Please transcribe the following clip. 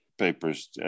Papers